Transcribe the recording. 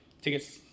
tickets